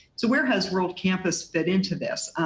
so where has world campus fit into this?